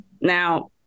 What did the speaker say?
Now